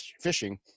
fishing